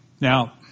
Now